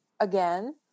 Again